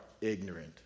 ignorant